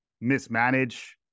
mismanage